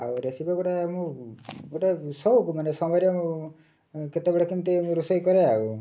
ଆଉ ରେସିପି ଗୋଟେ ମୁଁ ଗୋଟିଏ ସଉକ ମାନେ ସମୟରେ ମୁଁ କେତେବେଳେ କେମିତି ମୁଁ ରୋଷେଇ କରେ ଆଉ